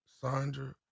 Sandra